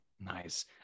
Nice